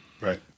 right